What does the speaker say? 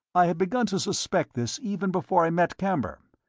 i had begun to suspect this even before i met camber.